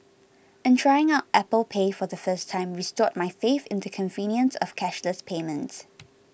and trying out Apple Pay for the first time restored my faith in the convenience of cashless payments